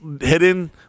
hidden